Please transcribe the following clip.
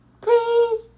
please